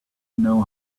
know